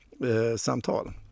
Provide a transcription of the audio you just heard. samtal